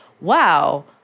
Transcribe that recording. Wow